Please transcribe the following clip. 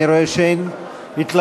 אני רואה שאין התלהבות